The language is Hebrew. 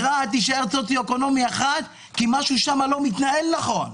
רהט תישאר באשכול סוציו-אקונומי 1 כי משהו שם לא מתנהל נכון,